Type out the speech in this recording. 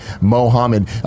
Mohammed